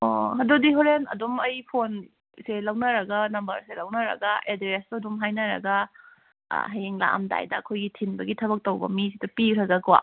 ꯑꯣ ꯑꯗꯨꯗꯤ ꯍꯣꯔꯦꯟ ꯑꯗꯨꯝ ꯑꯩ ꯐꯣꯟꯁꯦ ꯂꯧꯅꯔꯒ ꯅꯝꯕꯔꯁꯦ ꯂꯧꯅꯔꯒ ꯑꯦꯗ꯭ꯔꯦꯁꯇꯨ ꯑꯗꯨꯝ ꯍꯥꯏꯅꯔꯒ ꯍꯌꯦꯡ ꯂꯥꯛꯑꯝꯗꯥꯏꯗ ꯑꯩꯈꯣꯏꯒꯤ ꯊꯤꯟꯕꯒꯤ ꯊꯕꯛ ꯇꯧꯕ ꯃꯤꯁꯤꯗ ꯄꯤꯒ꯭ꯔꯒꯀꯣ